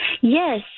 Yes